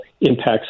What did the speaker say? impacts